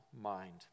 mind